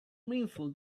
meaningful